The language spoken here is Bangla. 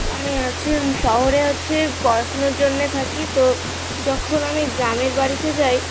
আমি হচ্ছে শহরে হচ্ছে পড়াশুনোর জন্যে থাকি তো যখন আমি গ্রামের বাড়িতে যাই